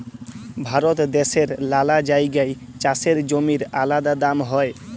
ভারত দ্যাশের লালা জাগায় চাষের জমির আলাদা দাম হ্যয়